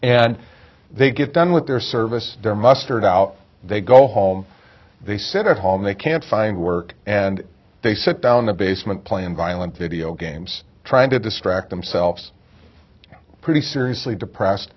and they get done with their service their mustered out they go home they sit at home they can't find work and they sit down in the basement playing violent video games trying to distract themselves pretty